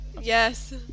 Yes